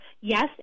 yes